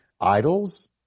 idols